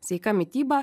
sveika mityba